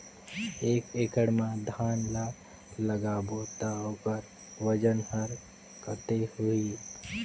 एक एकड़ मा धान ला लगाबो ता ओकर वजन हर कते होही?